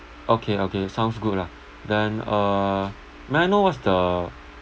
okay okay sounds good lah then uh may I know what's the